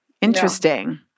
Interesting